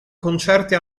concerti